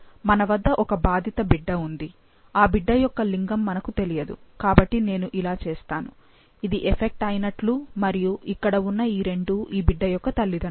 మన వద్ద ఒక బాధిత బిడ్డ ఉంది ఆ బిడ్డ యొక్క లింగం మనకు తెలియదు కాబట్టి నేను ఇలా చేస్తాను ఇది ఎఫెక్ట్ అయినట్లు మరియు ఇక్కడ ఉన్న ఈరెండూ ఈ బిడ్డ యొక్క తల్లిదండ్రులు